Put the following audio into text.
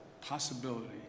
possibility